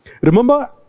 Remember